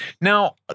Now